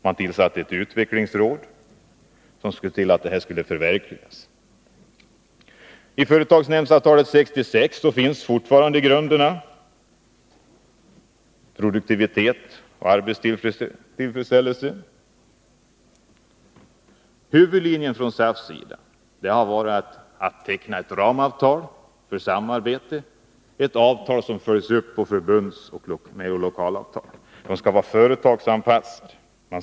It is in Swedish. Det tillsattes ett utvecklingsråd som skulle se till att det hela blev förverkligat. I företagsnämndsavtalet av år 1966 finns fortfarande grunderna: produktivitet och arbetstillfredsställelse. SAF:s huvudlinje har varit att få teckna ett ramavtal om samarbete, ett avtal som sedan följs upp med förbundsoch lokalavtal. Det skall vara företagsanpassade avtal.